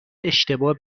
اشتباه